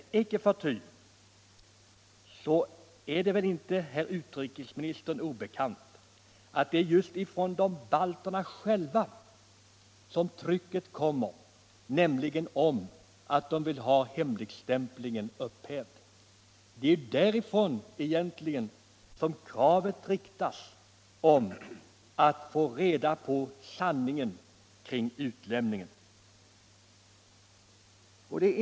Icke förty är det väl inte herr utrikesministern obekant att det är just balterna själva som har tryckt på för att få hemligstämplingen upphävd. Det är egentligen de som kräver att få reda på sanningen kring utlämningen.